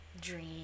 dream